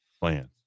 plans